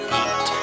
eat